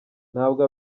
ntabwo